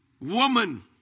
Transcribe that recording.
woman